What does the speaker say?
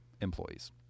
employees